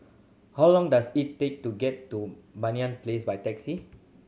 how long does it take to get to Banyan Place by taxi